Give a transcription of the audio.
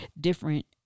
different